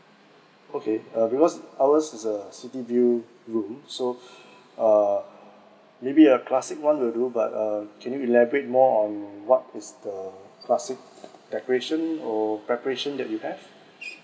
okay uh because ours is a city view room so uh maybe a classic [one] will do but uh can you elaborate more on what is the classic decoration or preparation that you have